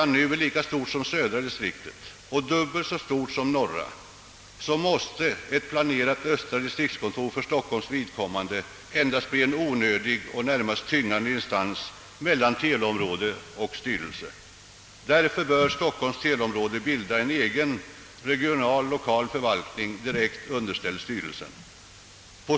nu är lika stort som södra distriktet och dubbelt så stort som norra distriktet måste ett planerat östra distriktskontor för Stockholms vidkommande endast bli en onödig och närmast tyngande instans mellan teleområde och styrelse. Därför bör Stockholms teleområde bilda en egen regional-lokal förvaltning, direkt underställd styrelsen.